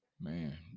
man